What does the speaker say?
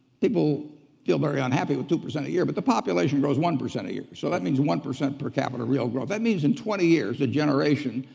people feel very unhappy with two percent a year, but the population grows one percent a year, so that means one percent per capita real growth. that means in twenty years, a generation,